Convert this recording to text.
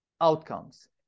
outcomes